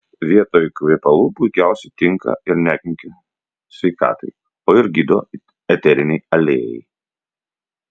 vietoj kvepalų puikiausiai tinka ir nekenkia sveikatai o ir gydo eteriniai aliejai